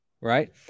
right